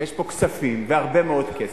ויש פה כספים, והרבה מאוד כסף,